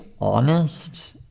honest